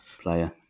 player